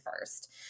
first